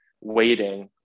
waiting